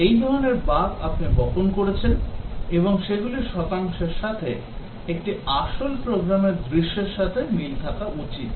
যে ধরনের বাগ আপনি বপন করেছেন এবং সেগুলির শতাংশের সাথে একটি আসল প্রোগ্রামের দৃশ্যের সাথে মিল থাকা উচিত